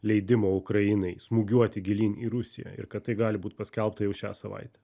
leidimo ukrainai smūgiuoti gilyn į rusiją ir kad tai gali būt paskelbta jau šią savaitę